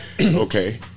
Okay